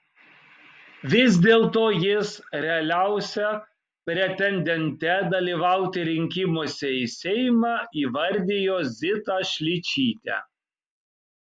vis dėlto jis realiausia pretendente dalyvauti rinkimuose į seimą įvardijo zitą šličytę